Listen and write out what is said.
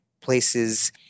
places